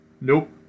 Nope